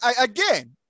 again